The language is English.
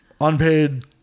unpaid